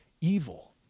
evil